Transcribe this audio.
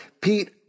Pete